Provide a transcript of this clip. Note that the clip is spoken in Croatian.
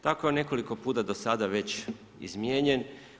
Tako je nekoliko puta do sada već izmijenjen.